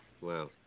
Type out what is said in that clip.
Wow